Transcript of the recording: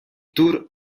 tour